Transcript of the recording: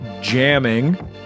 jamming